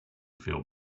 feel